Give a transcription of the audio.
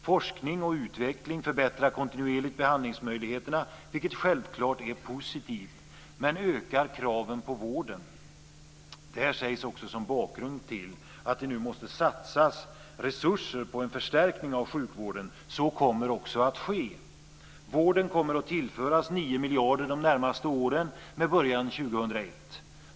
Forskning och utveckling förbättrar kontinuerligt behandlingsmöjligheterna, vilket självklart är positivt, men ökar kraven på vården. Detta sägs också som bakgrund till att det nu måste satsas resurser på en förstärkning av sjukvården. Så kommer också att ske. Vården kommer att tillföras 9 miljarder de närmaste åren, med början 2001.